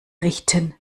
richten